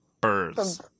Birds